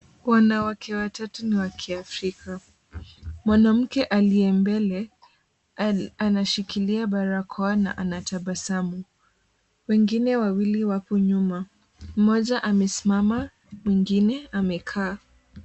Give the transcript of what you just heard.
Wanawake watatu na wa kiafrika , mwanamke aliye mbele anashikilia barakoa na anatabasamu, wengine wawili wako nyuma, mmoja amesimama mwingine amekaa.